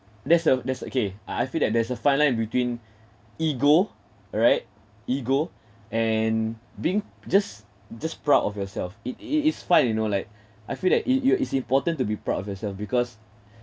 that's uh that's okay ah I feel that there's a fine line between ego alright ego and being just just proud of yourself it it is fine you know like I feel that it you is important to be proud of yourself because